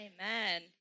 Amen